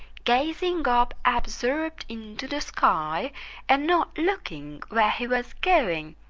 gazing up absorbed into the sky and not looking where he was going,